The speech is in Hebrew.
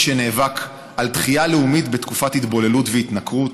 איש שנאבק על תחייה לאומית בתקופת התבוללות והתנכרות,